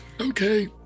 Okay